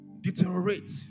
deteriorate